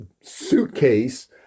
suitcase